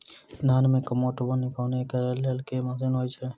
धान मे कमोट वा निकौनी करै लेल केँ मशीन होइ छै?